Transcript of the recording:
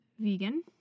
vegan